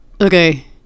okay